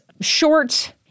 short